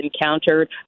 encountered